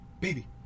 Baby